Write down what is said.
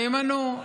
וימנו.